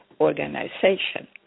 Organization